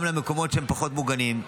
גם למקומות שהם פחות מוגנים,